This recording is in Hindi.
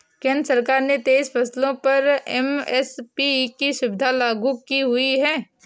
केंद्र सरकार ने तेईस फसलों पर एम.एस.पी की सुविधा लागू की हुई है